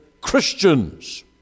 Christians